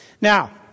Now